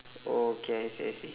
okay I see I see